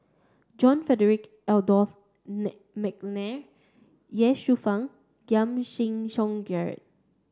John Frederick Adolphus McNair Ye Shufang Giam Song Gerald